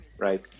Right